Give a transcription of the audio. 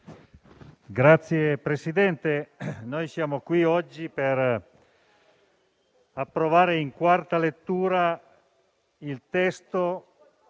Signor Presidente, siamo qui oggi per approvare in quarta lettura il testo